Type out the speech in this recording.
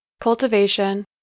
cultivation